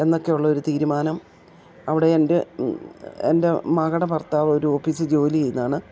എന്നൊക്കെയുള്ളൊരു തീരുമാനം അവിടെ എൻ്റെ എൻ്റെ മകളുടെ ഭർത്താവൊരു ഓഫീസിൽ ജോലി ചെയ്യുന്നതാണ്